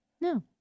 No